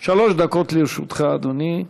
שלוש דקות לרשותך, אדוני.